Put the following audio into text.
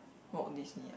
Walt-Disney ah